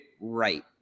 right